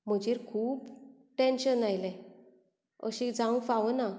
म्हजेर खूब टेन्शन आयलें अशें जावंक फावनां